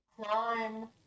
crime